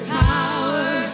power